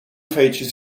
features